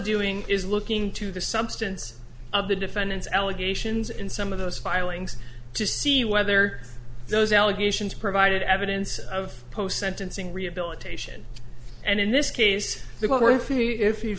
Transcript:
doing is looking to the substance of the defendant's allegations in some of those filings to see whether those allegations provided evidence of post sentencing rehabilitation and in this case